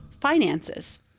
finances